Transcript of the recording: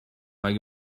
اگه